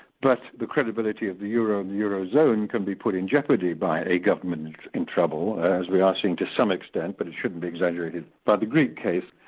but the credibility of the euro and the eurozone can be put in jeopardy by a government in trouble, as we are seeing to some extent, but it shouldn't be exaggerated, by the greek case,